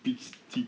peach tea